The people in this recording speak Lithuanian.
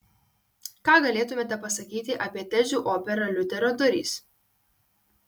ką galėtumėte pasakyti apie tezių operą liuterio durys